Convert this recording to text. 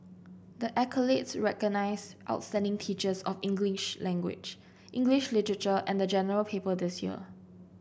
the accolades recognise outstanding teachers of English language English literature and the General Paper this year